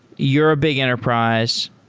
you're a big enterprise,